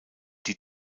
die